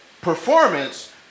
performance